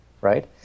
right